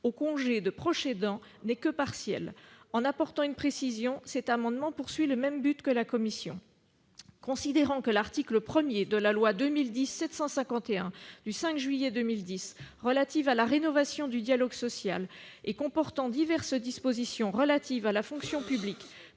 au congé de proche aidant n'est que partielle. En apportant une précision, les auteurs de cet amendement visent le même but que la commission. Considérant que l'article 1 de la loi du 5 juillet 2010 relative à la rénovation du dialogue social et comportant diverses dispositions relatives à la fonction publique